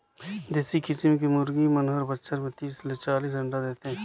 देसी किसम के मुरगी मन हर बच्छर में तीस ले चालीस अंडा देथे